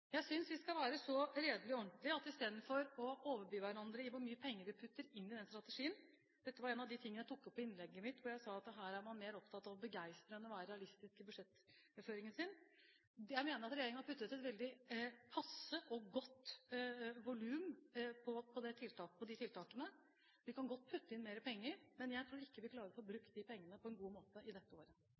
Jeg synes vi skal være så redelig og ordentlig at vi ikke overbyr hverandre med hensyn til hvor mye penger vi putter inn i den strategien. Dette var én av de tingene jeg tok opp i innlegget mitt, hvor jeg sa at her er man mer opptatt av å begeistre enn av å være realistisk i sin budsjettføring. Jeg mener at regjeringen har puttet et veldig passe og godt volum inn i tiltakene. Vi kan godt putte inn mer penger, men jeg tror ikke vi klarer å få brukt de pengene på en god måte i dette året.